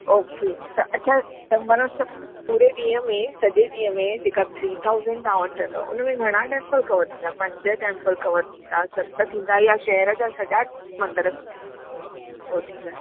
okay त अच्छा माना सभु पूरे ॾींहं में सॼे ॾींहं में जेका थ्री थाउजेंड तव्हां वठंदव उन में घणा टेम्पल कवरु थींदा पंज कवरु थींदा सत थींदा या शहर जा सॼा मंदर कवरु थींदा